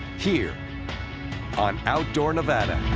here on outdoor nevada.